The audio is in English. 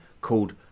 called